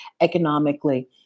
economically